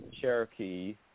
Cherokee